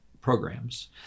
programs